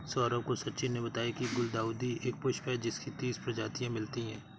सौरभ को सचिन ने बताया की गुलदाउदी एक पुष्प है जिसकी तीस प्रजातियां मिलती है